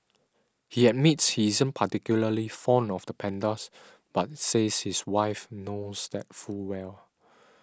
he admits he isn't particularly fond of the pandas but says his wife knows that full well